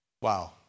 Wow